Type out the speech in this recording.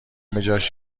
بجاش